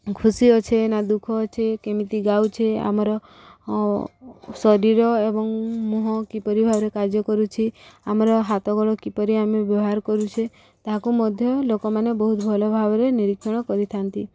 ଖୁସି ଅଛେ ନା ଦୁଃଖ ଅଛେ କେମିତି ଗାଉଛେ ଆମର ଶରୀର ଏବଂ ମୁହଁ କିପରି ଭାବରେ କାର୍ଯ୍ୟ କରୁଛି ଆମର ହାତଗୋଡ଼ କିପରି ଆମେ ବ୍ୟବହାର କରୁଛେ ତାହାକୁ ମଧ୍ୟ ଲୋକମାନେ ବହୁତ ଭଲ ଭାବରେ ନିରୀକ୍ଷଣ କରିଥାନ୍ତି